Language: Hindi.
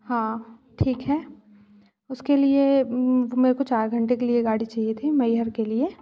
हाँ ठीक है उसके लिए मेरे को चार घंटे के लिए गाड़ी चाहिए थी मैहर के लिए